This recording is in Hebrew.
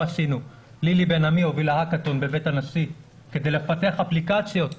לילי בן עמי הובילה אקתון בבית הנשיא כדי לפתח אפליקציות,